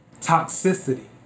toxicity